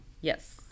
Yes